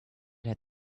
had